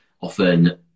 often